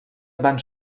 van